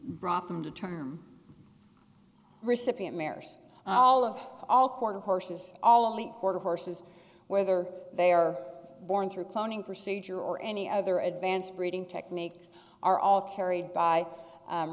brought them to term recipient mares all of all quarter horses all only quarter horses whether they are born through cloning procedure or any other advanced breeding techniques are all carried by